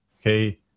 Okay